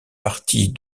parties